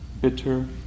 bitter